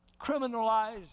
criminalized